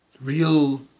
real